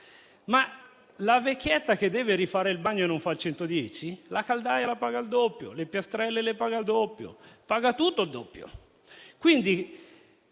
ma la vecchietta che deve rifare il bagno e non accede al superbonus, la caldaia la paga il doppio, le piastrelle le paga il doppio. Paga tutto il doppio.